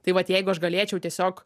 tai vat jeigu aš galėčiau tiesiog